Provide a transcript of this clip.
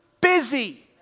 busy